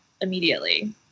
immediately